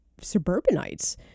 suburbanites